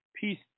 Peace